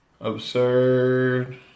Absurd